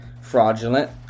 fraudulent